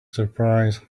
surprise